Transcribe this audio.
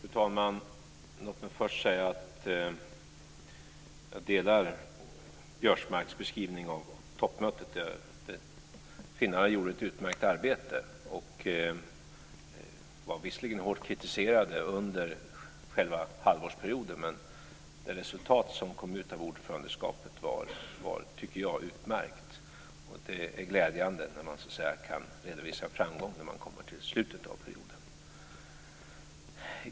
Fru talman! Låt mig först säga att jag delar Biörsmarks beskrivning av toppmötet. Finländarna gjorde ett utmärkt arbete. De var visserligen hårt kritiserade under själva halvårsperioden, men det resultat som kom ut av ordförandeskapet var, tycker jag, utmärkt. Det är glädjande när man kan redovisa framgång när man kommer till slutet av perioden.